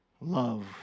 love